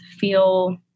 feel